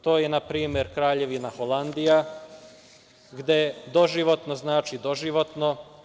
To je na primer Kraljevina Holandija, gde doživotno znači doživotno.